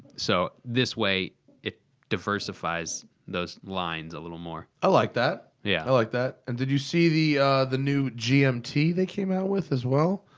so this way it diversifies those lines a little more. m i like that. yeah i like that. and did you see the the new gmt they came out with as well?